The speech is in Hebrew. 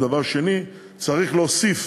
דבר שני, צריך להוסיף